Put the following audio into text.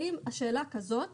והשאלה היא כזאת